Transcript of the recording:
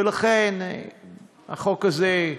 ולכן החוק הזה,